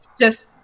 just-